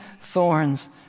thorns